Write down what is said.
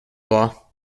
law